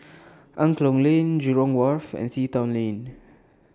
Angklong Lane Jurong Wharf and Sea Town Lane